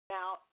Now